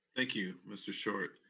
thank you, mr. short.